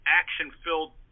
action-filled